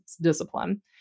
discipline